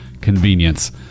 convenience